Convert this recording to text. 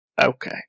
Okay